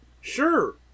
Sure